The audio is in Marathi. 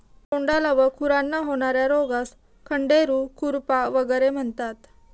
तोंडाला व खुरांना होणार्या रोगास खंडेरू, खुरपा वगैरे म्हणतात